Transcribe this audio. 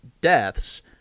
deaths